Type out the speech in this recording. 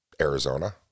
Arizona